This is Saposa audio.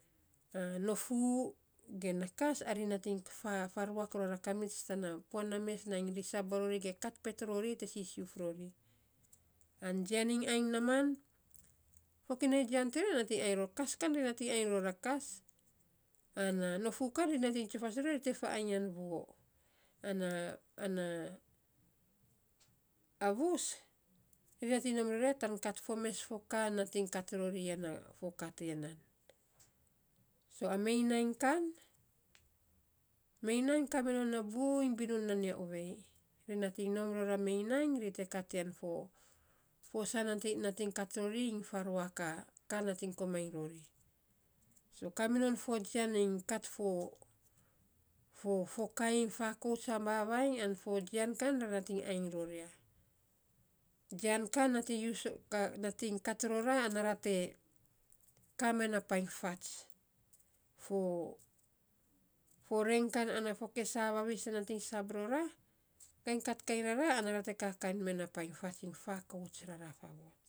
A nofuu ge na kas, ari nating faruak ror a kamits tana puan na mes, nainy ri sab varori, ge kat pet rori, an jian iny ainy naaman fokinai jian to, ri nating ainy ror kas, kan ri nating ainy ror a kas, ana nofuu kan, ri nating tsufas rori, ri te faainy yan voo. Ana ana ana vus ri nating nom ror ya, tan kat fo mes fo ka ri nating kat rori ya na fo ka tiya nan, so a meinainy kan, meinainy kaminon a buiny binun nan ya ovei. Ri nating nom ror a meinainy ri te kat ya fo saa nating nating kat rori iny faruak a ka nating komainy rori. So kaminon fo jian kat fo fo kainy fakouts a vavainy an fo jian kan ra nating ainy ror ya. Jian kan nating kat rora te ka me na painy fats. Fo fo reng kan ana fo kesaa vavis te nating sab rora kain kat kain rara, ana ra te ka kan me na painy fats iny fakouts rara.